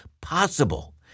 possible